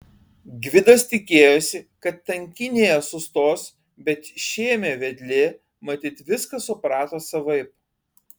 gvidas tikėjosi kad tankynėje sustos bet šėmė vedlė matyt viską suprato savaip